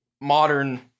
Modern